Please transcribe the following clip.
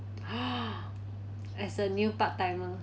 !huh! as a new part-timer